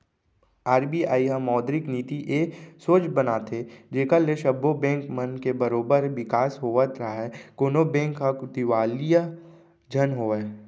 RBI ह मौद्रिक नीति ए सोच बनाथे जेखर ले सब्बो बेंक मन के बरोबर बिकास होवत राहय कोनो बेंक ह दिवालिया झन होवय